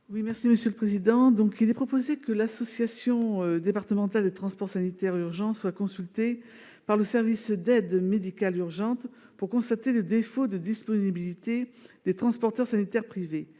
à Mme Jocelyne Guidez. Il est proposé que l'association départementale des transports sanitaires urgents soit consultée par le service d'aide médicale urgente pour constater le défaut de disponibilité des transporteurs sanitaires privés.